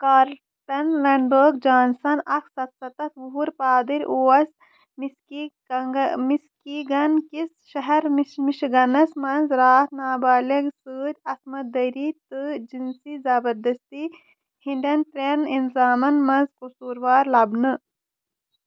Carlton لٮ۪نبٲگ Johnson اَکھ سَتسَتَتھ وُہُر پادٕرۍ اوس مِسکی مِسکیٖگَن کِس شہر مِشہِ مِشِگَنَس منٛز راتھ نابالٮ۪غ سۭتۍ عصمت دٔری تہٕ جِنسی زبردٔستی ہِنٛدٮ۪ن ترٛٮ۪ن اِلزامَن منٛز قصوٗروار لبنہٕ